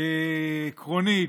עקרונית,